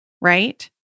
right